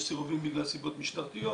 יש סירובים בגלל סיבות משטרתיות,